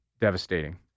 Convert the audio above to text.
devastating